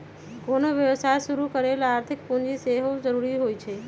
कोनो व्यवसाय शुरू करे लेल आर्थिक पूजी के सेहो जरूरी होइ छै